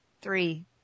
three